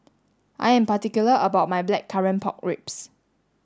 I am particular about my blackcurrant pork ribs